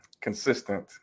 Consistent